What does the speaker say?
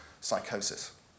psychosis